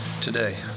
today